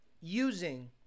using